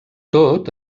tot